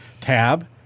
tab